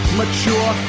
mature